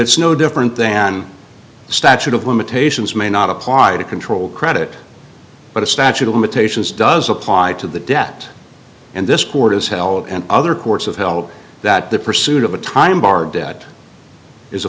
it's no different than the statute of limitations may not apply to control credit but a statute of limitations does apply to the debt and this court has held and other courts have held that the pursuit of a time barred debt is a